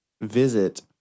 visit